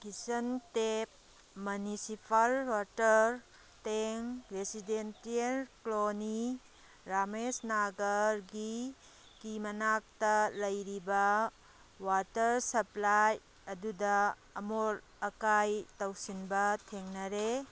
kitchen tap municipal water tank residential colony Ramesh ꯅꯒꯔꯒꯤ ꯀꯤ ꯃꯅꯥꯛꯇ ꯂꯩꯔꯤꯕ ꯋꯥꯇꯔ ꯁꯄ꯭ꯂꯥꯏ ꯑꯗꯨꯗ ꯑꯃꯣꯠ ꯑꯀꯥꯏ ꯇꯧꯁꯤꯟꯕ ꯊꯦꯡꯅꯔꯦ